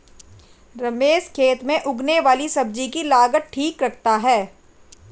रमेश खेत में उगने वाली सब्जी की लागत ठीक रखता है